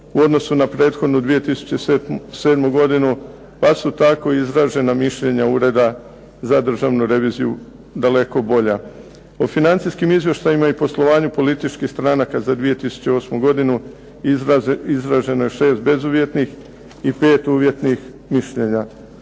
u odnosu na prethodnu 2007. godinu, pa su tako izražena mišljenja Ureda za državnu reviziju daleko bolja. O financijskim izvještajima i poslovanju političkih stranaka za 2008. godinu izraženo je 6 bezuvjetnih i 5 uvjetnih mišljenja.